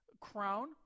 Crown